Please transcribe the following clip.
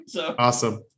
Awesome